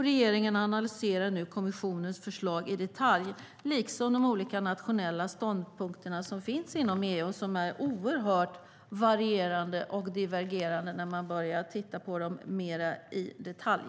Regeringen analyserar nu kommissionens förslag i detalj, liksom de olika nationella ståndpunkter som finns inom EU och som visar sig vara oerhört varierande och divergerande när man börjar titta på dem mer i detalj.